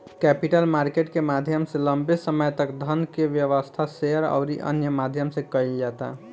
capital market के माध्यम से लंबे समय तक धन के व्यवस्था, शेयर अउरी अन्य माध्यम से कईल जाता